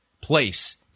place